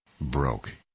broke